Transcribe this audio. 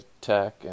tech